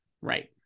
right